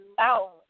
Ow